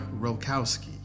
Rokowski